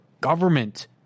government